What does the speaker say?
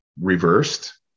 reversed